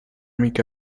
mica